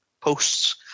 posts